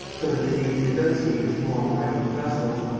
so that they may be negotiated to-morrow morning in brussels.